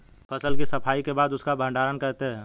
फसल की सफाई के बाद उसका भण्डारण करते हैं